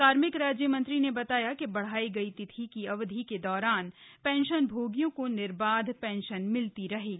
कार्मिक राज्यमंत्री ने बताया कि बढ़ाई गई तिथि की अवधि के दौरान सेंशनभोगियों को निर्बाध सेंशन मिलती रहेगी